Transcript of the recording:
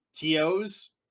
TOs